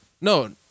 no